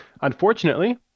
unfortunately